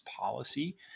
policy